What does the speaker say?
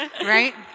Right